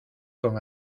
con